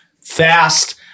fast